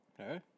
Okay